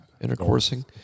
intercoursing